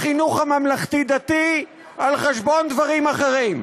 החינוך הממלכתי-דתי, על חשבון דברים אחרים.